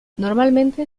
normalmente